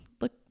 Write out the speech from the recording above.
look